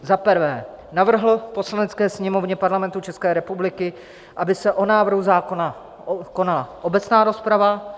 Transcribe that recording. I. navrhl Poslanecké sněmovně Parlamentu České republiky, aby se o návrhu zákona konala obecná rozprava;